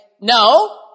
No